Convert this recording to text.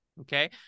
okay